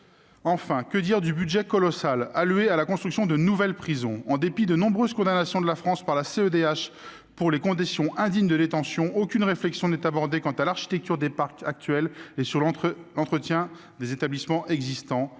Enfin, que dire du budget colossal alloué à la construction de nouvelles prisons ? En dépit des nombreuses condamnations de la France par la Cour européenne des droits de l'homme (CEDH) pour les conditions indignes de détention, aucune réflexion n'est menée sur l'architecture des parcs actuels et sur l'entretien des établissements existants,